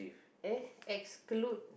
eh exclude